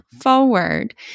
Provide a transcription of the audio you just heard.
forward